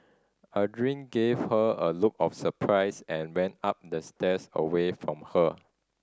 Aldrin gave her a look of surprise and ran up the stairs away from her